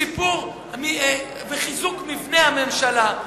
שיפור וחיזוק מבנה הממשלה,